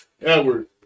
Edward